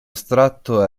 estratto